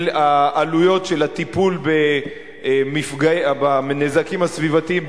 עלויות הטיפול בנזקים הסביבתיים בים-המלח.